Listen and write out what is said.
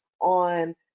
on